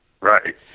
Right